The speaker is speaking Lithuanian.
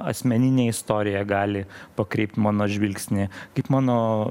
asmeninė istorija gali pakreipt mano žvilgsnį kaip mano